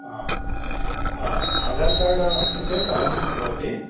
आ आ आधारः कार्ड् अस्ति चेत् अलं भवति